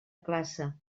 classe